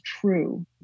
true